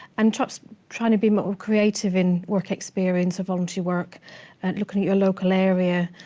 and trying trying to be more creative in work experience or voluntary work and looking at your local area.